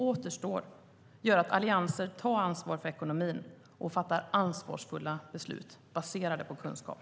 Återstår gör att Alliansen tar ansvar för ekonomin och fattar ansvarsfulla beslut baserade på kunskap.